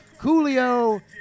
Coolio